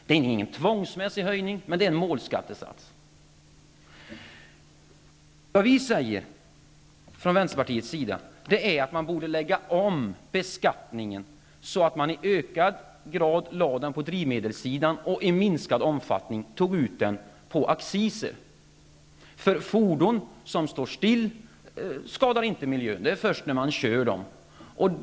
Det handlar inte om en tvångsmässig höjning, utan det är fråga om ett skattesatsmål. Vi i Vänsterpartiet säger att en omläggning av beskattningen borde ske, så att skatt i högre grad tas ut på drivmedelssidan och i mindre omfattning som acciser. Fordon som står stilla skadar ju inte miljön. Denna skadas först när fordon är i gång.